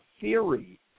theory